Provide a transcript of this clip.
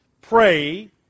pray